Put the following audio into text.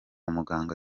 muganga